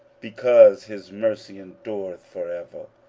because his mercy endureth for ever,